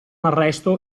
arresto